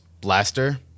blaster